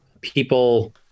people